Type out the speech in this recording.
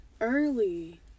early